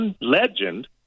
Legend